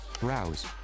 browse